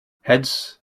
hence